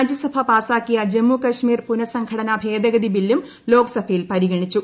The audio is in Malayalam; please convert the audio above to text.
രാജ്യസഭ പാസാക്കിയ ജമ്മുകശ്മീർ പുനഃസംഘടനാ ഭേദഗതി ബില്ലും ലോക്സഭയിൽ പരിഗണിച്ചു